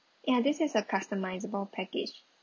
ya this is a customisable package